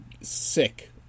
sick